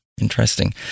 Interesting